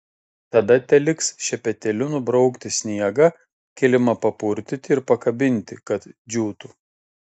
tada teliks šepetėliu nubraukti sniegą kilimą papurtyti ir pakabinti kad džiūtų